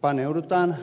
paneudutaan